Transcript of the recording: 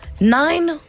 Nine